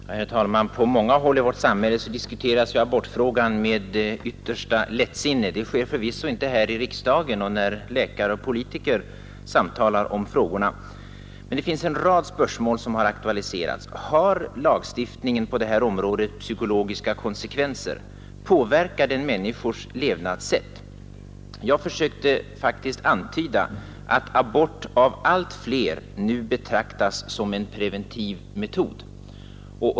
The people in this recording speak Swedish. Herr talman! På många håll i vårt land diskuteras ju abortfrågan med yttersta lättsinne. Det sker förvisso inte här i riksdagen eller när läkare och politiker samtalar om frågorna. Men det finns en rad spörsmål som aktualiserats. Har lagstiftningen på detta område psykologiska konsekvenser? Påverkar den människornas levnadssätt? Jag försökte i mitt inlägg antyda att abort av allt flera numera betraktas som en preventiv metod.